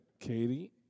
Katie